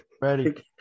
ready